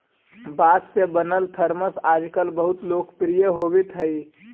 बाँस से बनल थरमस आजकल बहुत लोकप्रिय होवित हई